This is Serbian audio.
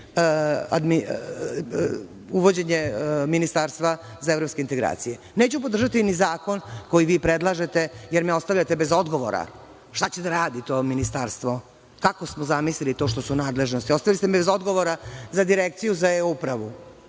uvođenje ministarstva za evropske integracije. Neću podržati ni zakon koji vi predlažete, jer me ostavljate bez odgovora - šta će da radi to ministarstvo, kako smo zamisli to što su nadležnosti? Ostavili ste me bez odgovora za direkciju za E-upravu,